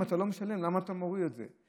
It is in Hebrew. אם אתה לא משלם, למה אתה מוריד את זה?